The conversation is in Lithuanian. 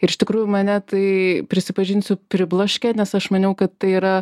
ir iš tikrųjų mane tai prisipažinsiu pribloškė nes aš maniau kad tai yra